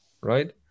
right